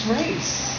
race